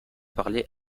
parler